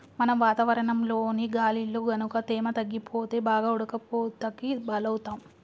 మనం వాతావరణంలోని గాలిలో గనుక తేమ తగ్గిపోతే బాగా ఉడకపోతకి బలౌతాం